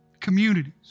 communities